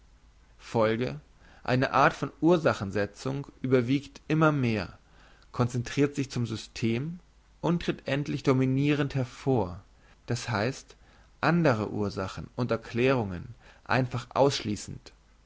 folge eine art von ursachen setzung überwiegt immer mehr concentrirt sich zum system und tritt endlich dominirend hervor das heisst andere ursachen und erklärungen einfach ausschliessend